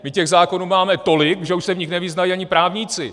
My těch zákonů máme tolik, že už se v nich nevyznají ani právníci!